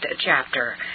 chapter